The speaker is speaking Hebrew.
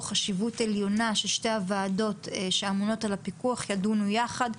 חשיבות עליונה ששתי הועדות שאמונות על הפיקוח ידונו יחד,